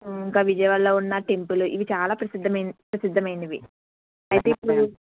ఇంకా విజయవాడలో ఉన్న టెంపులు ఇవి చాలా ప్రసిద్ధ ప్రసిద్ధమైనవి అయితే ఇప్పుడు